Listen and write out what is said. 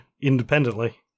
independently